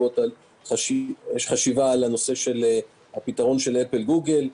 יש חשיבה על הפתרון של אפל-גוגל.